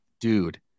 dude